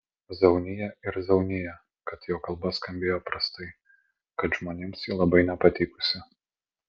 zaunija ir zaunija kad jo kalba skambėjo prastai kad žmonėms ji labai nepatikusi